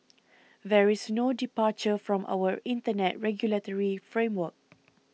there is no departure from our Internet regulatory framework